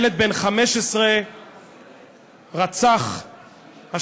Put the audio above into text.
ילד בן 15 רצח השבוע,